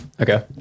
Okay